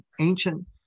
ancient